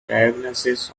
diagnosis